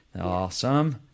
Awesome